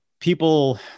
people